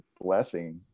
blessing